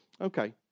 Okay